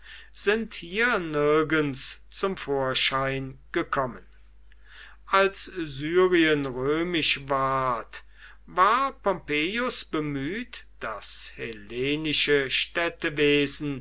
sind hier nirgends zum vorschein gekommen als syrien römisch ward war pompeius bemüht das hellenische